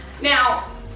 Now